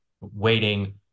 waiting